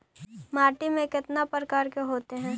माटी में कितना प्रकार के होते हैं?